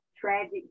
tragic